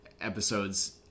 episodes